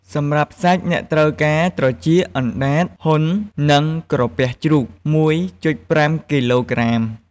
សម្រាប់សាច់ អ្នកត្រូវការ ត្រចៀក អណ្ដាត ហ៊ុន និងក្រពះជ្រូក ១.៥ គីឡូក្រាម។